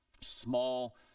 small